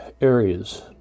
areas